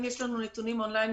אם יש לנו נתונים און-ליין,